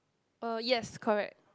uh yes correct